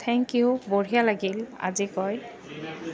thank you বঢ়িয়া লাগিল আজি কৈ